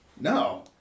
No